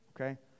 okay